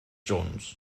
jones